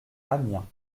amiens